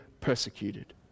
persecuted